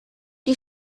die